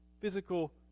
Physical